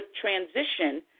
transition